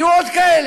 יהיו עוד כאלה.